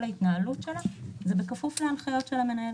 ההתנהלות שלה הם בכפוף להנחיות של המנהל.